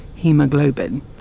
hemoglobin